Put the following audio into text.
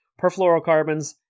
perfluorocarbons